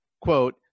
quote